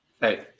Hey